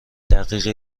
دقیقه